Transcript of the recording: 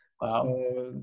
Wow